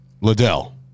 Liddell